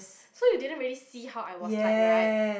so you didn't really see how I was like right